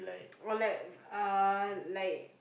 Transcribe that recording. or like uh like